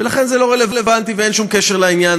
ולכן זה לא רלוונטי ואין לזה שום קשר לעניין.